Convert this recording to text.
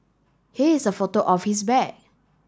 here is a photo of his bag